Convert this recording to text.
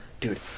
Dude